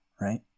right